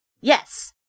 Yes